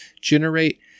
generate